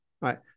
right